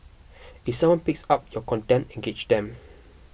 if someone picks up your content engage them